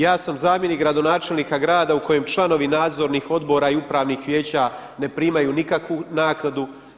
Ja sam zamjenik gradonačelnika grada u kojem članovi nadzornih odbora i upravnih vijeća ne primaju nikakvu naknadu.